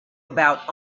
about